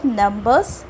numbers